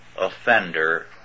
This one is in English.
offender